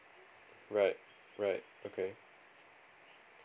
right right okay